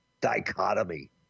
dichotomy